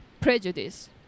prejudice